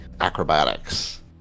Acrobatics